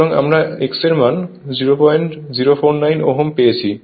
সুতরাং আমরা X এর মান 0049 Ω পেয়েছি